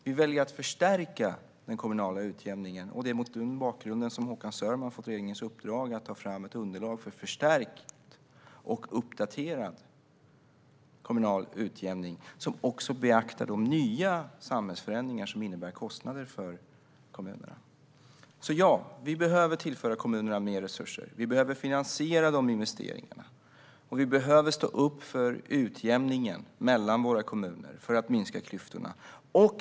Vi väljer att förstärka den kommunala utjämningen, och det är mot den bakgrunden som Håkan Sörman har fått regeringens uppdrag att ta fram ett underlag för förstärkt och uppdaterad kommunal utjämning som också beaktar de nya samhällsförändringar som innebär kostnader för kommunerna. Vi behöver alltså tillföra kommunerna mer resurser. Vi behöver finansiera dessa investeringar. Vi behöver stå upp för utjämningen mellan våra kommuner, för att minska klyftorna.